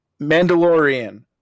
Mandalorian